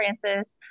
Frances